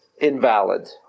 invalid